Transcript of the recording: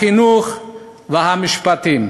החינוך והמשפטים.